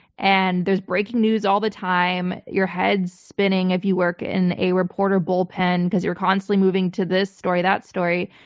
and there's breaking news all the time. your head's spinning if you work in a reporter bullpen because you're constantly moving to this story, that story,